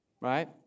Right